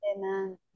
Amen